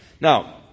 Now